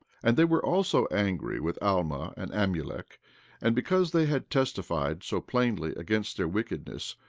and they were also angry with alma and amulek and because they had testified so plainly against their wickedness,